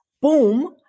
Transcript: boom